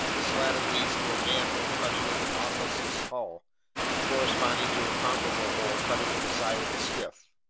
this ladder leads to a manhole cut into the nautilus's hull and corresponding to a comparable hole cut into the side of the skiff.